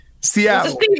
Seattle